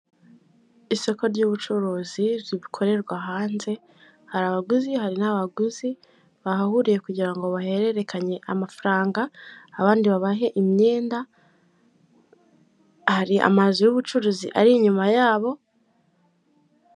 Isoko ry'ubucuruzi rikorerwa hanze, hari abaguzi hari n'abaguzi, bahahuriye kugira ngo bahererekanye amafaranga, abandi babahe imyenda, hari amazu y'ubucuruzi ari inyuma yabo,...